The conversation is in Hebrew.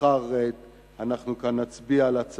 מחר אנחנו כאן נצביע בקריאה טרומית על